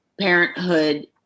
parenthood